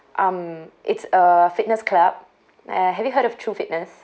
um it's a fitness club uh have you heard of true fitness